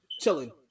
Chilling